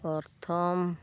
ᱯᱨᱚᱛᱷᱚᱢ